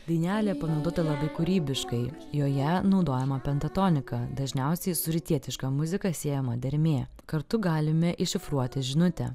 dainelė panaudota labai kūrybiškai joje naudojama pentatonika dažniausiai su rytietiška muzika siejama dermė kartu galime iššifruoti žinutę